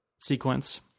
sequence